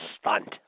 stunt